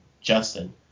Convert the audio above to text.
Justin